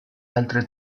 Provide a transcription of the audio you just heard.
altre